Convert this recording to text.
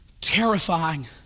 terrifying